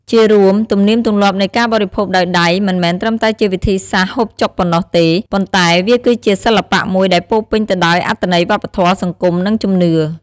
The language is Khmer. ជារួម ទំនៀមទម្លាប់នៃការបរិភោគដោយដៃ មិនមែនត្រឹមតែជាវិធីសាស្ត្រហូបចុកប៉ុណ្ណោះទេ ប៉ុន្តែវាគឺជាសិល្បៈមួយដែលពោរពេញទៅដោយអត្ថន័យវប្បធម៌ សង្គម និងជំនឿ។